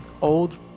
old